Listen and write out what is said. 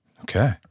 Okay